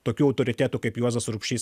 tokių autoritetų kaip juozas urbšys